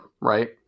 right